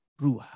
Ruah